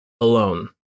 Alone